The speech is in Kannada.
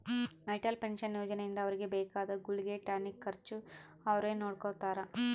ಅಟಲ್ ಪೆನ್ಶನ್ ಯೋಜನೆ ಇಂದ ಅವ್ರಿಗೆ ಬೇಕಾದ ಗುಳ್ಗೆ ಟಾನಿಕ್ ಖರ್ಚು ಅವ್ರೆ ನೊಡ್ಕೊತಾರ